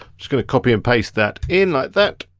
just gonna copy and paste that in like that.